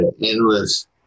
endless